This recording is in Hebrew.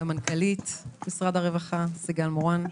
למנכ"לית משרד הרווחה סיגל מורן,